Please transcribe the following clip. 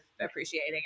appreciating